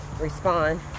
respond